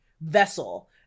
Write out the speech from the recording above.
vessel